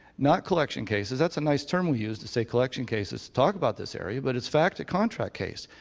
not collection cases that's a nice term we use to say collection cases to talk about this area, but it's in fact a contract case.